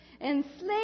Enslaved